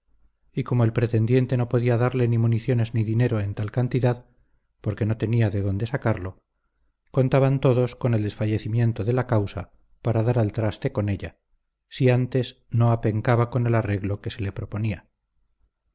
y como el pretendiente no podía darle ni municiones ni dinero en tal cantidad porque no tenía de dónde sacarlo contaban todos con el desfallecimiento de la causa para dar al traste con ella si antes no apencaba con el arreglo que se le proponía